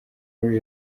muri